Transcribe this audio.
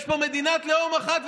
יש פה מדינת לאום אחת,